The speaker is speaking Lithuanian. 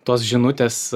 tos žinutės